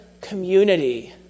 community